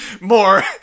more